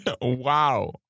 Wow